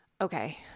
okay